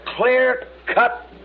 clear-cut